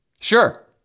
Sure